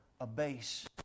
abase